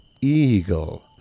eagle